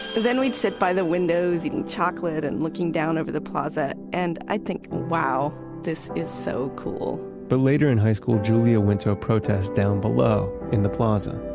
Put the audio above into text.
then we'd sit by the windows eating chocolate and looking down over the plaza and i think, wow, this is so cool. but later in high school, julia went to a protest down below in the plaza